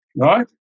right